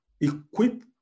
equip